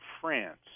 France